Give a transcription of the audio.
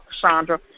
Chandra